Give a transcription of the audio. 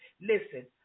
Listen